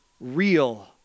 Real